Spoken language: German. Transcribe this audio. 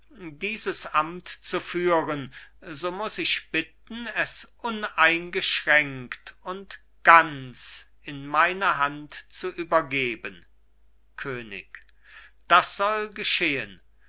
dieses amt zu führen so muß ich bitten es uneingeschränkt und ganz in meine hand zu übergeben könig das soll geschehen